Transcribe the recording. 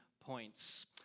points